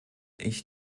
ich